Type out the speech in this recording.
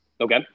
Okay